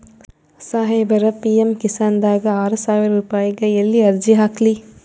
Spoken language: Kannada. ಸಾಹೇಬರ, ಪಿ.ಎಮ್ ಕಿಸಾನ್ ದಾಗ ಆರಸಾವಿರ ರುಪಾಯಿಗ ಎಲ್ಲಿ ಅರ್ಜಿ ಹಾಕ್ಲಿ?